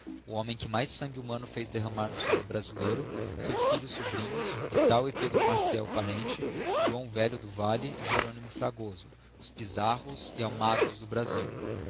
o homem que mais sangue humano fez derramar no solo brasileiro seu filho e sobrinhos vital e pedro maciel parente joão velho do valle e jeronymo fragoso os pisanos e almagros do brasil